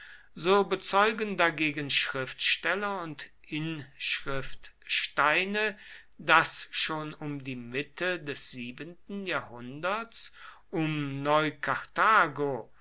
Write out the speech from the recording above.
so bezeugen dagegen schriftsteller und inschriftsteine daß schon um die mitte des siebenten jahrhunderts um neukarthago